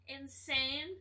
insane